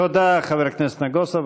תודה, חבר הכנסת נגוסה.